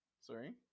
Sorry